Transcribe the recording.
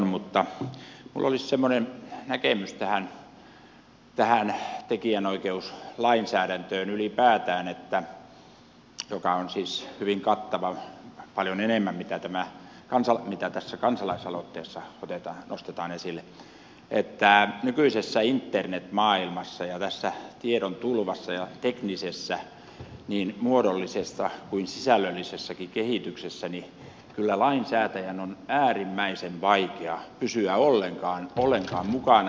mutta minulla olisi semmoinen näkemys tähän tekijänoikeuslainsäädäntöön ylipäätään joka on siis hyvin kattava paljon enemmän kuin mitä tässä kansalaisaloitteessa nostetaan esille että nykyisessä internetmaailmassa ja tässä tiedon tulvassa ja teknisessä niin muodollisessa kuin sisällöllisessäkin kehityksessä lainsäätäjän on kyllä äärimmäisen vaikea pysyä ollenkaan mukana